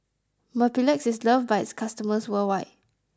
Mepilex is loved by its customers worldwide